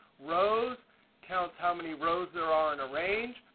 rows counts how many rows there are in a range,